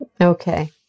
Okay